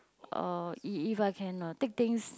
uh if if I can uh take things